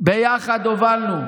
ביחד הובלנו,